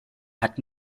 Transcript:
hat